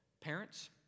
parents